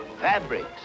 fabrics